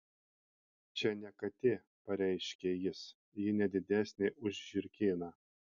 čia ne katė pareiškė jis ji ne didesnė už žiurkėną